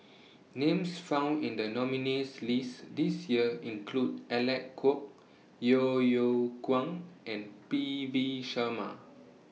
Names found in The nominees' list This Year include Alec Kuok Yeo Yeow Kwang and P V Sharma